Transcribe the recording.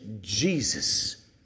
Jesus